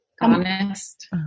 honest